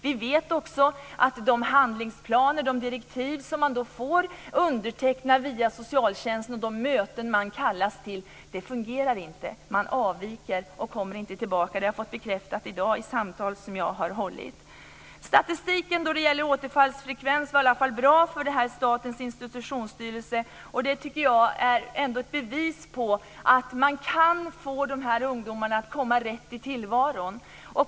Vi vet också att de handlingsplaner och direktiv man får underteckna via socialtjänsten och de möten man kallas till inte fungerar. Man avviker och kommer inte tillbaka. Det har jag fått bekräftat i dag i samtal jag har haft. Statistiken då det gäller återfallsfrekvens är i alla fall bra när det gäller Statens institutionsstyrelse. Det tycker jag ändå är ett bevis på att man kan få ungdomarna att komma rätt i tillvaron.